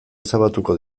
ezabatuko